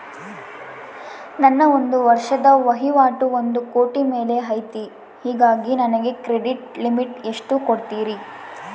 ನನ್ನ ಒಂದು ವರ್ಷದ ವಹಿವಾಟು ಒಂದು ಕೋಟಿ ಮೇಲೆ ಐತೆ ಹೇಗಾಗಿ ನನಗೆ ಕ್ರೆಡಿಟ್ ಲಿಮಿಟ್ ಎಷ್ಟು ಕೊಡ್ತೇರಿ?